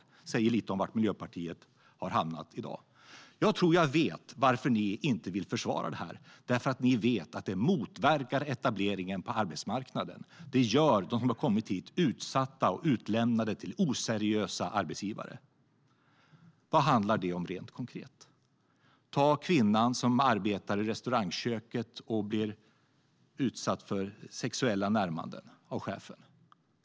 Det säger lite om var Miljöpartiet har hamnat i dag. Jag tror att jag vet varför ni inte vill försvara det här. Det är därför att ni vet att det motverkar etableringen på arbetsmarknaden. Det gör att de som har kommit hit är utsatta och utlämnade till oseriösa arbetsgivare. Vad handlar det om rent konkret? Ta kvinnan som arbetar i restaurangköket och blir utsatt för sexuella närmanden av chefen.